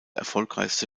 erfolgreichste